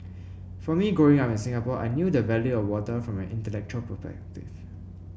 for me Growing Up in Singapore I knew the value of water from an intellectual perspective